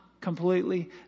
completely